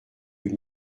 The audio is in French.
une